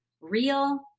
real